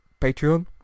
Patreon